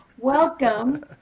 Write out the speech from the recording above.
welcome